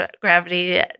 gravity